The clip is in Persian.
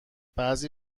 بعضی